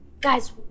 guys